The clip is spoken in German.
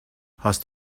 hast